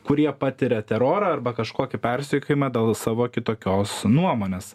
kurie patiria terorą arba kažkokį persekiojimą dėl savo kitokios nuomonės